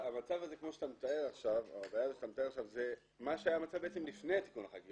הבעיה הזאת שאתה מתאר עכשיו זה המצב שהיה לפני תיקון החקיקה.